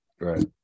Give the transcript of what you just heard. right